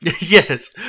Yes